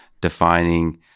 defining